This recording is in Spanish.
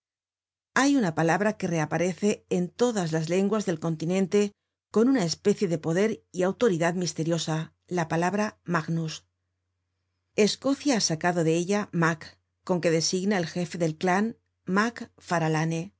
hay una palabra que reaparece en todas las lenguas del continente con una especie de poder y autoridad misteriosa la palabra magnus escocia ha sacado de ella mac con que designa el jefe del clan